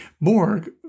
Borg